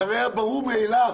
זה הרי ברור מאליו,